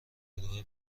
گروه